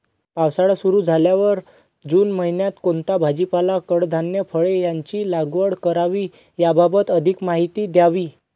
पावसाळा सुरु झाल्यावर जून महिन्यात कोणता भाजीपाला, कडधान्य, फळे यांची लागवड करावी याबाबत अधिक माहिती द्यावी?